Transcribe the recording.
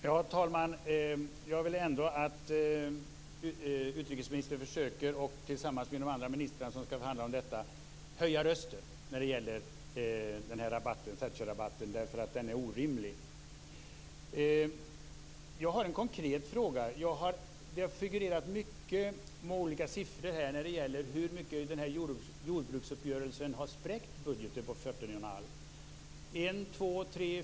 Herr talman! Jag vill ändå att utrikesministern försöker, tillsammans med andra ministrar som skall förhandla om detta, att höja rösten när det gäller Thatcherrabatten därför att den är orimlig. Jag har en konkret fråga: Det har figurerat olika siffror på med hur mycket jordbruksuppgörelsen har spräckt budgeten på 40,5 miljarder.